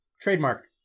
trademark